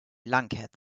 lunkheads